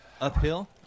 uphill